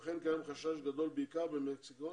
לכן קיים חשש גדול בעיקר במקסיקו